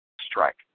Strike